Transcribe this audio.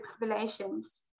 relations